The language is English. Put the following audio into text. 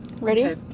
ready